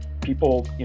People